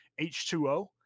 h2o